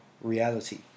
reality